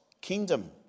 kingdom